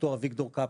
ד"ר אביגדור קפלן,